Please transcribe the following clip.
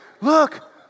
Look